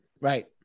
Right